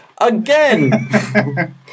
Again